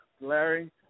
Larry